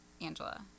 Angela